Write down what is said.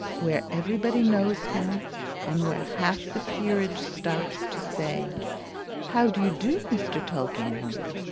where everybody knows him and where half the peerage stops to say how do you do, mr. tulkinghorn?